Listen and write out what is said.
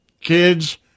kids